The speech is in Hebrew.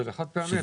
זה לחד פעמי.